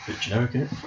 generic